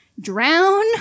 drown